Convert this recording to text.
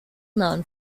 known